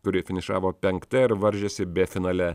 kuri finišavo penkta ir varžėsi b finale